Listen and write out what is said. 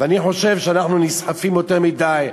ואני חושב שאנחנו נסחפים יותר מדי.